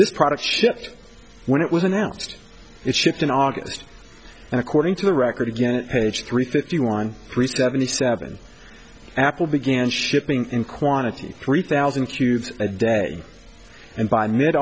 this product shipped when it was announced it shipped in august and according to the record again page three fifty one three seventy seven apple began shipping in quantity three thousand cubes a day and by mid